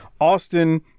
Austin